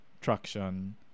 traction